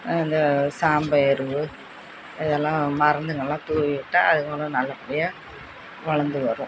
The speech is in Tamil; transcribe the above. இந்த சாம்ப எருவு இதெல்லாம் மருந்துகள்லாம் தூவிவுட்டால் அதுங்களும் நல்லபடியாக வளர்ந்து வரும்